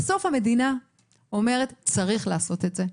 בסוף המדינה אומרת שצריך לעשות את זה.